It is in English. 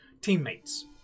teammates